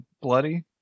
bloody